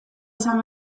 esan